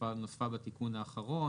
שנוספה בתיקון האחרון,